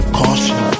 caution